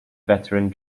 veteran